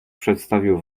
przedstawiał